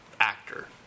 actor